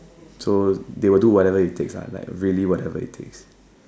so they will do whatever it takes lah like really whatever it takes